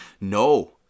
No